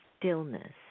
stillness